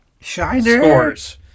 scores